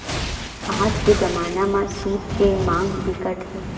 आज के जमाना म सूत के मांग बिकट हे